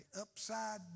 upside